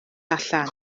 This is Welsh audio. allan